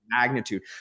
magnitude